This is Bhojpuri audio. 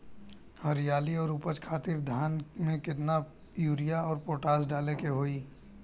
हरियाली और उपज खातिर धान में केतना यूरिया और पोटाश डाले के होई?